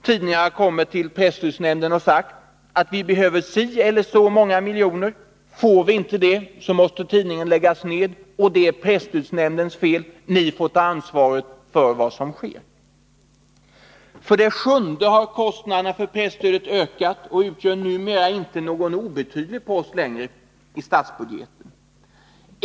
Tidningar har kommit till presstödsnämnden och sagt: Vi behöver si och så många miljoner. Får vi inte det, måste tidningen läggas ned, och då är det presstödsnämndens fel. Ni får ta ansvaret för vad som sker. För det sjunde har kostnaderna för presstödet ökat och utgör numera inte någon obetydlig post i statsbudgeten.